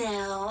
Now